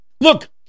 Look